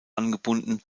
angebunden